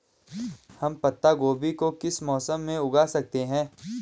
हम पत्ता गोभी को किस मौसम में उगा सकते हैं?